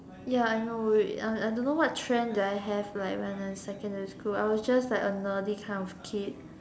ya I know wait I I don't know what trend did I have in secondary school I was just like a nerdy kind of kid